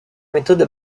méthode